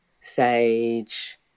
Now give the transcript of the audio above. sage